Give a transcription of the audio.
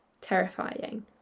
terrifying